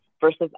versus